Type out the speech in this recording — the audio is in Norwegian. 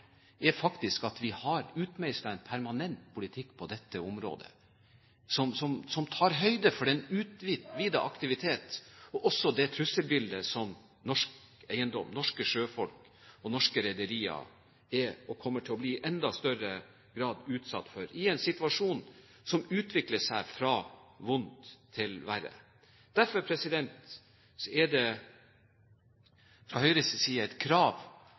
er faktisk at vi har utmeislet en permanent politikk på dette området som tar høyde for den utvidede aktivitet og også det trusselbildet som norsk eiendom, norske sjøfolk og norske rederier er og i enda større grad kommer til å bli utsatt for, i en situasjon som utvikler seg fra vondt til verre. Derfor er det fra Høyres side et krav